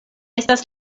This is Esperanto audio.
estas